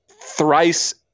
thrice